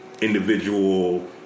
Individual